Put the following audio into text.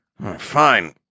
Fine